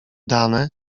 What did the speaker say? dane